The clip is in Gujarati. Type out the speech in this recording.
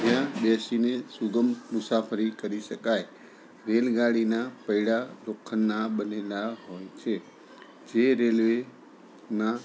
અહીંયાં બેસીને સુગમ મુસાફરી કરી શકાય રેલગાડીના પૈડા લોખંડના બનેલા હોય છે જે રેલવેના